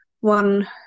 one